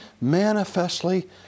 manifestly